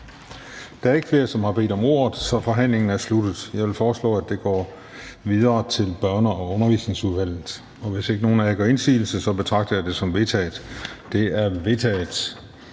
Der er ikke flere, som har bedt om ordet, så forhandlingen er sluttet. Jeg foreslår, at forslaget til folketingsbeslutning går videre til Børne- og Undervisningsudvalget. Og hvis ikke nogen af jer gør indsigelse, betragter jeg det som vedtaget. Det er vedtaget.